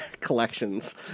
collections